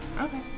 Okay